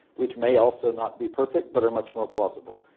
which may also not be perfect but are much more plausible.